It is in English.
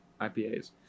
IPAs